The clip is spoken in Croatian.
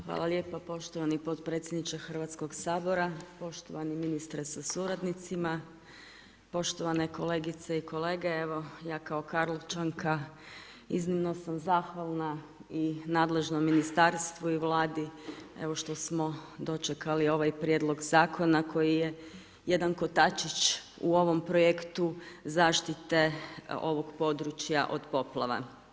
Hvala lijepo poštovani potpredsjedniče Hrvatskog sabora, poštovani ministre sa suradnicima, poštovane kolegice i kolege, evo ja kao Karlovčanka, iznimno sam zahvalna i nadležnom ministarstvu i vladi što smo dočekali ovaj prijedlog zakona, koji je jedan kotačić u ovom projektu zaštite ovog područja od poplava.